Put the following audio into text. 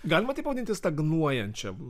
galima tai vadinti stagnuojančia